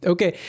Okay